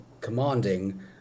commanding